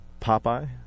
Popeye